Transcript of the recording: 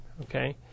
okay